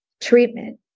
treatment